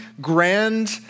grand